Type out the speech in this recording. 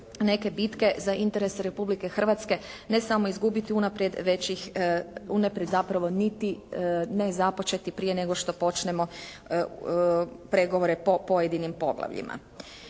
neke bitke za interese Republike Hrvatske ne samo izgubiti unaprijed već ih unaprijed zapravo niti ne započeti prije nego što počnemo pregovore po pojedinim poglavljima.